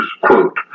quote